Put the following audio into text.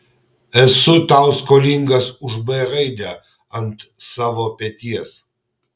esu tau skolingas už b raidę ant savo peties